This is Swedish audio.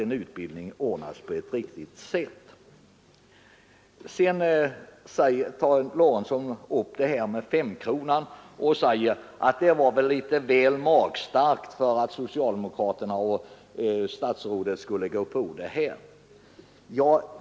Herr Lorentzon säger vidare att förslaget om ytterligare utbildningsbidrag med högst 5 kronor per timme var väl magstarkt för att socialdemokraterna och statsrådet skulle gå med på det.